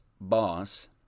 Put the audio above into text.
boss